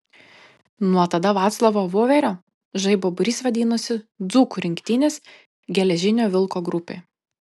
nuo tada vaclovo voverio žaibo būrys vadinosi dzūkų rinktinės geležinio vilko grupe